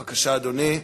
בבקשה, אדוני,